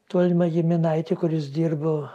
tolimą giminaitį kuris dirbo